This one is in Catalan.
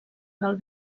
del